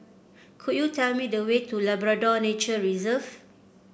could you tell me the way to Labrador Nature Reserve